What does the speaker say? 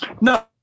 No